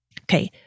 okay